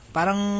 Parang